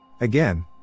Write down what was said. Again